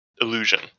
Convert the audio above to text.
illusion